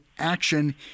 action